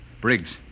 Briggs